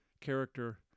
character